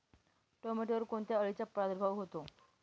टोमॅटोवर कोणत्या अळीचा प्रादुर्भाव होतो?